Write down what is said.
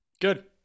good